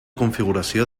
configuració